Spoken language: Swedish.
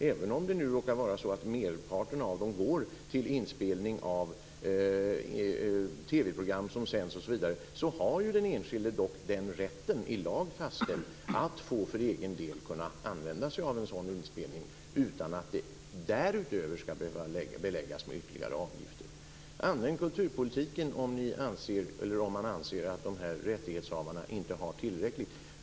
Även om merparten av dem går till inspelning av TV-program som sänds så är ju den den rätten för den enskilde fastställd i lag att för egen del få använda sig av en sådan inspelning utan att det därutöver skall behöva beläggas med ytterligare avgifter. Använd kulturpolitiken om ni anser att rättighetshavarna inte har tillräckligt.